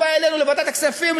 הוא בא אלינו לוועדת הכספים,